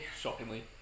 Shockingly